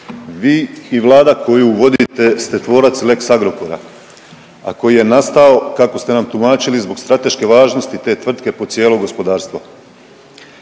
Vi i Vlada koju vodite ste tvorac lex Agrokora, a koji je nastao kako ste nam tumačili zbog strateške važnosti te tvrtke po cijelo gospodarstvo.